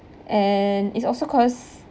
and it's also because